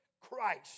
Christ